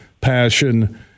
passion